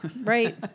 Right